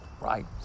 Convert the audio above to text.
right